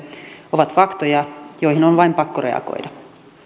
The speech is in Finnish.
ovat faktoja joihin on vain pakko reagoida